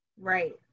Right